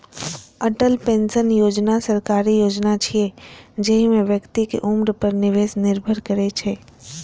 Atal pension Yojana सरकारी योजना छियै, जाहि मे व्यक्तिक उम्र पर निवेश निर्भर करै छै